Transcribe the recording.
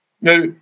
Now